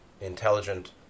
intelligent